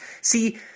See